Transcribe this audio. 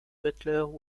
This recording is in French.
butler